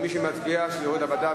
הוא בעד שזה ירד לוועדה,